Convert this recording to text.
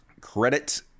Credit